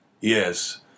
Yes